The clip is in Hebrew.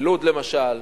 בלוד למשל,